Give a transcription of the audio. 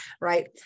right